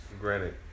Granted